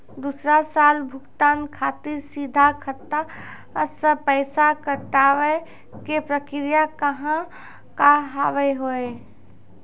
दोसर साल भुगतान खातिर सीधा खाता से पैसा कटवाए के प्रक्रिया का हाव हई?